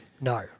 No